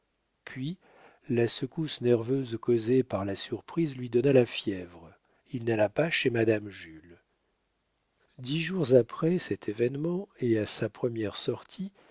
puis la secousse nerveuse causée par la surprise lui donna la fièvre il n'alla pas chez madame jules dix jours après cet événement et à sa première sortie